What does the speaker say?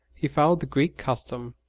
he followed the greek custom.